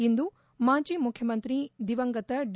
ಇಂದು ಮಾಜಿ ಮುಖ್ಯಮಂತ್ರಿ ದಿವಂಗತ ಡಿ